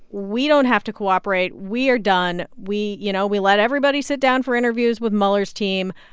we don't have to cooperate. we are done. we you know, we let everybody sit down for interviews with mueller's team.